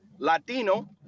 Latino